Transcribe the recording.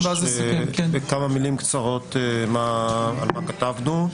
כמה מילים קצרות על מה שכתבנו.